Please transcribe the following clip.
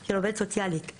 של עובדת סוציאלית.